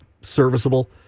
serviceable